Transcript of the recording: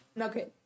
okay